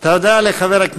ומה עם הטרור?